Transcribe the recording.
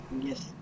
yes